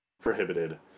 prohibited